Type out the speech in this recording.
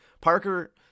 Parker